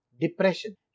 Depression